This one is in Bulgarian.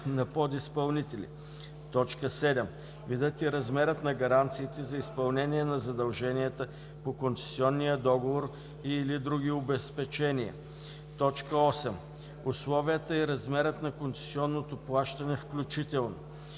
на подизпълнители; 7. видът и размерът на гаранциите за изпълнение на задълженията по концесионния договор и/или други обезпечения; 8. условията и размерът на концесионното плащане, включително: